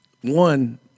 one